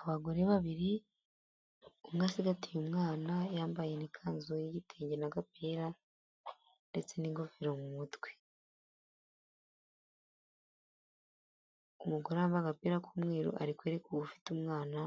Abagore babiri, umwe asigatiye umwana yambaye n'ikanzu y'igitenge n'agapira ndetse n'ingofero mu mutwe. Umugore wambaye agapira k'umweru ari kwereka uwo ufite umwana